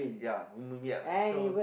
ya so